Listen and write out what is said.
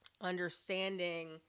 understanding